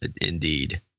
indeed